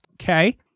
Okay